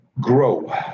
grow